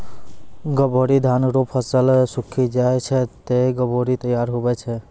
गभोरी धान रो फसल सुक्खी जाय छै ते गभोरी तैयार हुवै छै